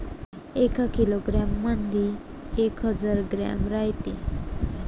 एका किलोग्रॅम मंधी एक हजार ग्रॅम रायते